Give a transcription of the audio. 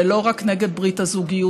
ולא רק נגד ברית הזוגיות,